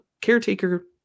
caretaker